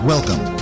Welcome